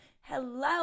hello